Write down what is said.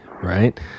right